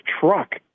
truck